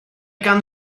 gan